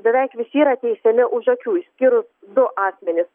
beveik visi yra teisiami už akių išskyrus du asmenis